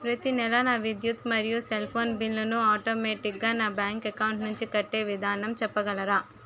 ప్రతి నెల నా విద్యుత్ మరియు సెల్ ఫోన్ బిల్లు ను ఆటోమేటిక్ గా నా బ్యాంక్ అకౌంట్ నుంచి కట్టే విధానం చెప్పగలరా?